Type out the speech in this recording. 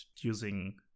using